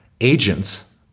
agents